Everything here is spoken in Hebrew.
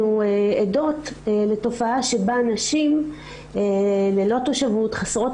אנחנו עדות לתופעה שבה נשים ללא תושבות חסרות